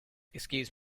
excuse